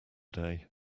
day